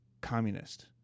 communist